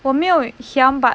我没有 hiam but